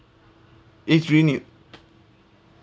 is renewed